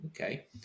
Okay